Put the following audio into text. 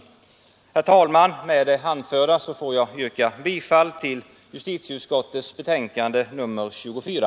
Herr talman! Med det anförda ber jag att få yrka bifall till justitieutskottets hemställan i betänkandet nr 24.